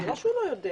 זה לא שהוא לא יודע.